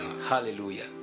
hallelujah